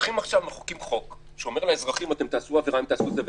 עכשיו מחוקקים חוק שאומר לאזרחים: אתם תעשו עבירה עם תעשו זה וזה,